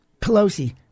Pelosi